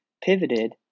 pivoted